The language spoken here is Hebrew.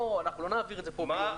אנחנו לא נעביר את זה פה ביומיים.